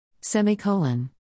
semicolon